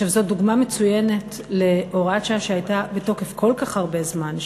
זאת דוגמה מצוינת להוראת שעה שהייתה בתוקף כל כך הרבה זמן,